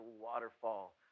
waterfall